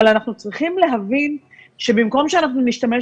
אבל אנחנו צריכים להבין שבמקום שאנחנו נשתמש